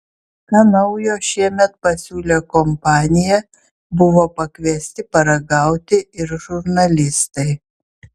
ką naujo šiemet pasiūlė kompanija buvo pakviesti paragauti ir žurnalistai